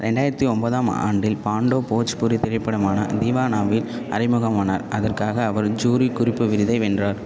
ரெண்டாயிரத்து ஒம்பதாம் ஆண்டில் பாண்டோ போஜ்புரி திரைப்படமான தீவானாவில் அறிமுகமானார் அதற்காக அவர் ஜூரி குறிப்பு விருதை வென்றார்